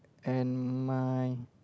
and my